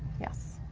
yes,